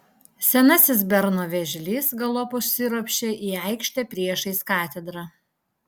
senasis berno vėžlys galop užsiropščia į aikštę priešais katedrą